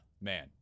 Man